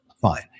fine